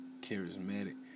charismatic